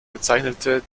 bezeichnete